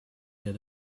did